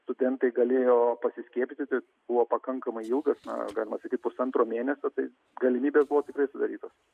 studentai galėjo pasiskiepyti buvo pakankamai ilgas na galima sakyt pusantro mėnesio tai galimybės buvo tikrai sudarytos